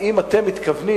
האם אתם מתכוונים,